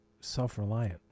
self-reliant